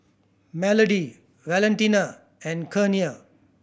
Melodie Valentina and Kenia